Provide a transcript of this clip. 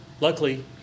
Luckily